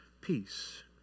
peace